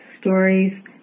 stories